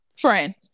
friend